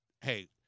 hey